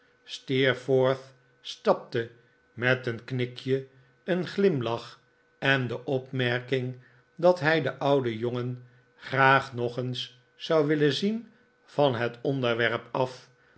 steerforth stapte met een knikje een glimlach en de opmerking dat hij den ouden jongen graag nog eens zou willen zien van het onderwerp af